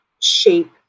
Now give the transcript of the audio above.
shape